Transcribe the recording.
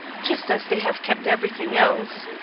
just as they have kept every thing else.